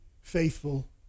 faithful